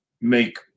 make